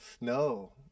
No